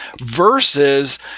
versus